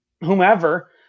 whomever